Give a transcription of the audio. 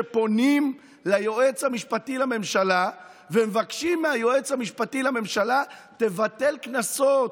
שפונים ליועץ המשפטי לממשלה ומבקשים מהיועץ המשפטי לממשלה: תבטל קנסות,